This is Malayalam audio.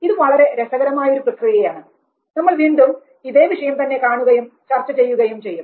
ഇത് വളരെ രസകരമായ ഒരു പ്രക്രിയയാണ് നമ്മൾ വീണ്ടും ഇതേ വിഷയം തന്നെ കാണുകയും ചർച്ച ചെയ്യുകയും ചെയ്യും